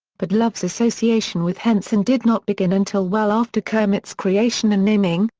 but love's association with henson did not begin until well after kermit's creation and naming,